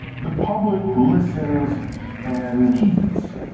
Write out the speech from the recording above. the public listens and heeds.